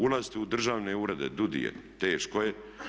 Ulaziti u državne urede DUDI-je teško je.